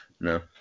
no